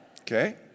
Okay